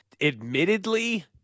Admittedly